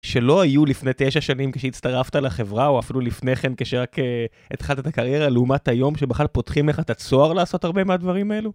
שלא היו לפני תשע שנים כשהצטרפת לחברה או אפילו לפני כן כשרק התחלת את הקריירה לעומת היום שבכלל פותחים לך את הצוהר לעשות הרבה מהדברים האלו.